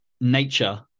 nature